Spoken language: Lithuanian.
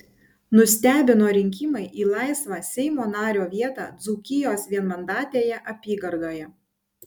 nustebino rinkimai į laisvą seimo nario vietą dzūkijos vienmandatėje apygardoje